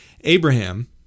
Abraham